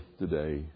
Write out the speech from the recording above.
today